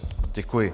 Děkuji.